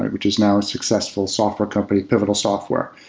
which is now a successful software company, pivotal software.